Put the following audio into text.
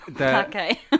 okay